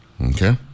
okay